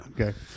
Okay